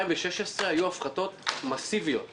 עד 2016 היו הפחתות מסיביות שיזמנו.